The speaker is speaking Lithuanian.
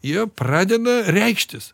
jie pradeda reikštis